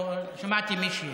שמעתי מישהי.